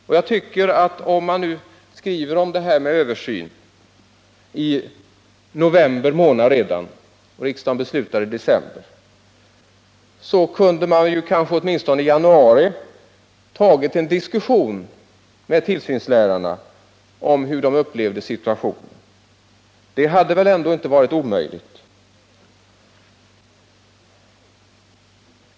Om skolministern redan i november månad skrev om denna översyn och riksdagen i december fattade beslut, borde skolministern åtminstone i januari ha kunnat ta upp en diskussion med tillsynslärarna om hur de upplever situationen. Det hade väl ändå inte varit omöjligt.